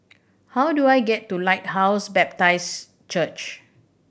how do I get to Lighthouse Baptist Church